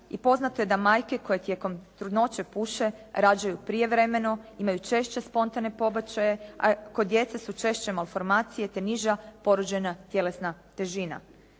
i poznato je da majke koje tijekom trudnoće puše rađaju prijevremeno, imaju češće spontane pobačaje a kod djece su češće malformacije te niža porođajna tjelesna težina.